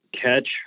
catch